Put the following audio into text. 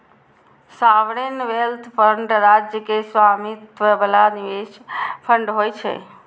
sovereign wealth fund राज्य के स्वामित्व बला निवेश फंड होइ छै